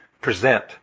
present